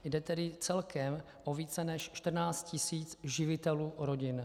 Jde tedy celkem o více než 14 tisíc živitelů rodin.